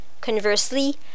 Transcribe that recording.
Conversely